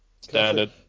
Standard